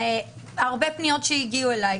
מהרבה פניות שהגיעו אלי.